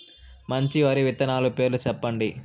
మంచి వరి విత్తనాలు పేర్లు చెప్పండి?